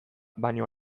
baino